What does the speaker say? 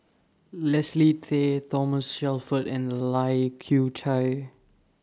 Leslie Tay Thomas Shelford and Lai Kew Chai